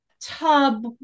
tub